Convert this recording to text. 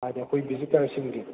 ꯍꯥꯏꯗꯤ ꯑꯩꯈꯣꯏ ꯚꯤꯖꯤꯇꯔꯁꯤꯡꯒꯤ